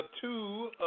Two